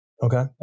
Okay